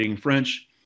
French